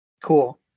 Cool